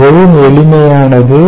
மிகவும் எளிமையானது